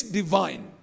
divine